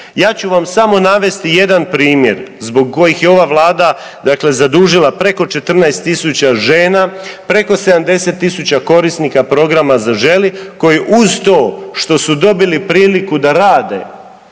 Ja ću vam samo navesti jedan primjer zbog kojih je ova Vlada zadužila preko 14 tisuća žena, preko 70 tisuća korisnika programa „Zaželi“ koji uz to što su dobili priliku da rade